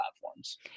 platforms